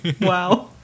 Wow